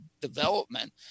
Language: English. development